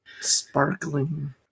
sparkling